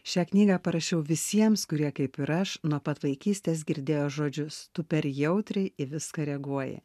šią knygą parašiau visiems kurie kaip ir aš nuo pat vaikystės girdėjo žodžius tu per jautriai į viską reaguoji